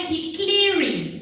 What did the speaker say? declaring